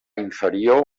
inferior